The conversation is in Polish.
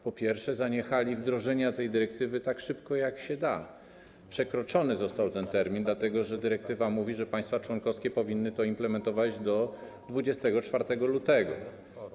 Po pierwsze, zaniechali wdrożenia tej dyrektywy tak szybko, jak się da, przekroczony został termin, dlatego że dyrektywa mówi, że państwa członkowskie powinny to implementować do 24 lutego.